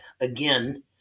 again